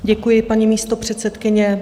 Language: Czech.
Děkuji, paní místopředsedkyně.